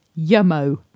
yummo